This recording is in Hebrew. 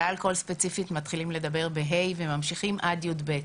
על אלכוהול ספציפית מתחילים לדבר בכיתה ה' וממשיכים עד כיתה י"ב.